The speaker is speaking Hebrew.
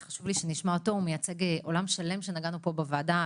הוא מייצג עולם שלם שנגענו בו בוועדה,